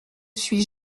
suis